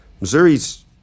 Missouri's